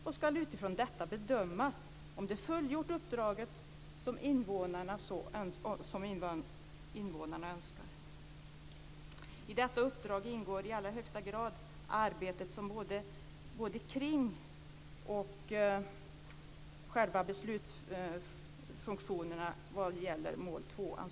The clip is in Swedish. Det är utifrån detta som det ska bedömas om de fullgjort uppdraget på det sätt som invånarna önskar. I detta uppdrag ingår i allra högsta grad arbetet omkring mål 2-ansökningar och själva beslutsfunktionerna vad gäller dessa.